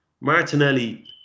Martinelli